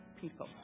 people